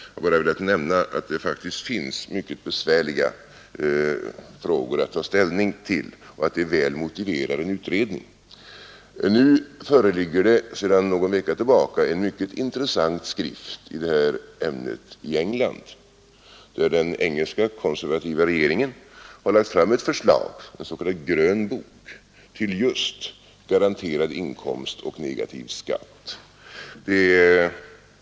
Jag har bara velat nämna att det faktiskt finns mycket besvärliga frågor att ta ställning till och att de väl motiverar en utredning. I England föreligger sedan någon vecka tillbaka en mycket intressant skrift i det här ämnet. Den engelska konservativa regeringen har lagt fram förslag, en s.k. grön bok, till just garanterad inkomst och negativ skatt.